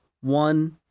one